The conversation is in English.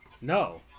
no